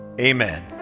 amen